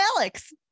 Alex